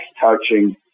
touching